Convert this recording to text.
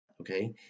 okay